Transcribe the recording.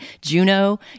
Juno